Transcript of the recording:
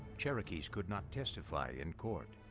cherokees could not testify in court.